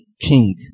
king